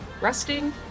resting